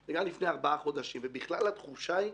בגלל זה התעקשתי